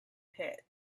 pit